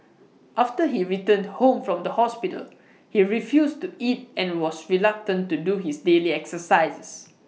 after he returned home from the hospital he refused to eat and was reluctant to do his daily exercises